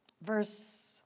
verse